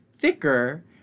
thicker